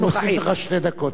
אני מוסיף לך שתי דקות.